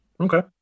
Okay